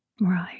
Right